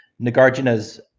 Nagarjuna's